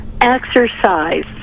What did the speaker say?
exercise